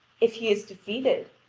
if he is defeated,